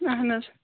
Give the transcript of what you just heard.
اَہَن حظ